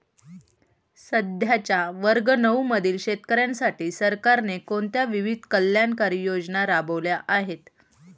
सध्याच्या वर्ग नऊ मधील शेतकऱ्यांसाठी सरकारने कोणत्या विविध कल्याणकारी योजना राबवल्या आहेत?